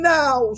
now